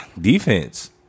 Defense